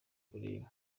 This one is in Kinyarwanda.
kureba